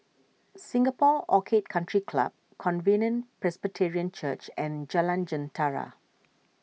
Singapore Orchid Country Club Covenant Presbyterian Church and Jalan Jentera